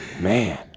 Man